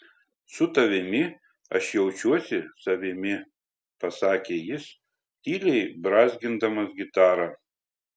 su tavimi aš jaučiuosi savimi pasakė jis tyliai brązgindamas gitarą